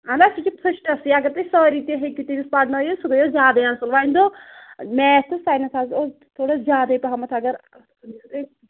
اَہن حظ سُہ چھُ فسٹَسٕے اگر تُہۍ سٲری تہِ ہیٚکِو تٔمِس پَرنٲوِتھ سُہ گوٚیو زیادَے اَصٕل وۅنۍ گوٚو میتھ تہٕ ساینَس حظ اوس تھوڑا زیادَے پَہم اگر